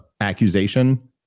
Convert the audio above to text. accusation